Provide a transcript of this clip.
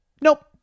nope